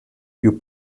più